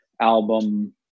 album